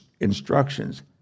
instructions